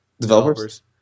developers